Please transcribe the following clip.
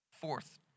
Fourth